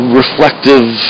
reflective